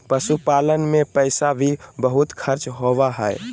पशुपालन मे पैसा भी बहुत खर्च होवो हय